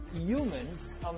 Humans